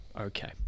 Okay